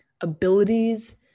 abilities